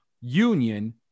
union